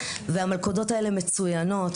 והמלכודות האלה מצוינות,